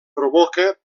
provoca